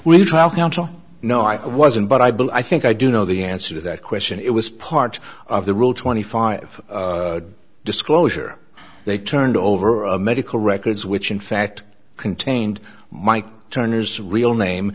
when trial counsel no i wasn't but i bill i think i do know the answer to that question it was part of the rule twenty five disclosure they turned over medical records which in fact contained mike turner's real name